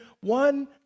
one